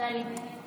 נוספים יהיו שם,